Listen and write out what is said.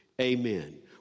amen